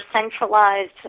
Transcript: centralized